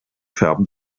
färben